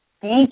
Thank